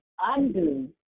undo